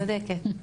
צודקת.